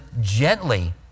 gently